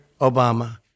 Obama